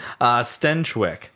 Stenchwick